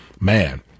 man